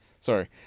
sorry